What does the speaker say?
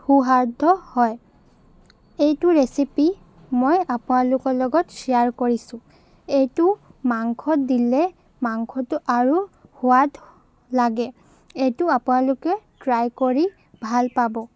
সুস্বাদু হয় এইটো ৰেচিপি মই আপোনালোকৰ লগত শ্বেয়াৰ কৰিছোঁ এইটো মাংসত দিলে মাংসটো আৰু সোৱাদ লাগে এইটো আপোনালোকে ট্ৰাই কৰি ভাল পাব